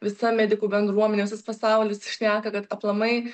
visa medikų bendruomenė visas pasaulis šneka kad aplamai